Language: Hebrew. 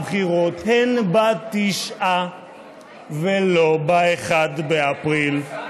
/ הבחירות הן בתשעה, ולא באחד באפריל.